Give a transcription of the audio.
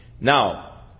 Now